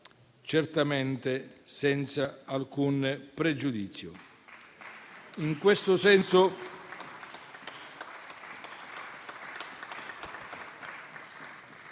certamente senza alcun pregiudizio.